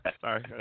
Sorry